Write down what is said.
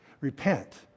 Repent